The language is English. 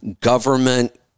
government